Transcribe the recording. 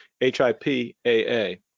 H-I-P-A-A